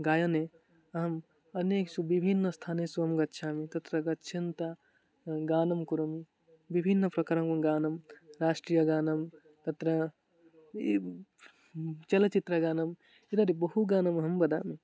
गायने अहम् अन्येषु विभिन्नस्थानेषु अहं गच्छामि तत्र गच्छन्तः गानं कुरोमि विभिन्नप्रकारकं गानं राष्ट्रीयगानं तत्र चलच्चित्रगानं बहु गानम् अहं वदामि